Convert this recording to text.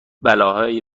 بلاهای